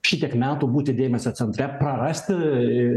šitiek metų būti dėmesio centre prarasti